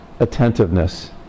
attentiveness